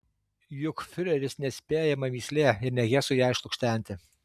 juk fiureris neatspėjama mįslė ir ne hesui ją išlukštenti